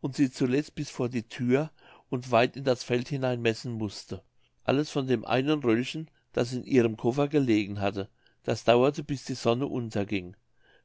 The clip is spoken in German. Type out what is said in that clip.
und sie zuletzt bis vor die thür und weit in das feld hinein messen mußte alles von dem einen röllchen das in ihrem koffer gelegen hatte das dauerte bis die sonne unterging